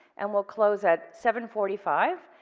and we'll close at seven forty five,